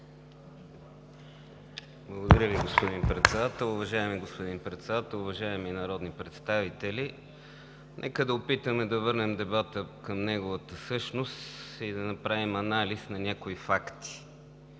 Благодаря Ви, господин Председател. Уважаеми господин Председател, уважаеми народни представители! Нека да опитаме да върнем дебата към неговата същност и да направим анализ на някои факти.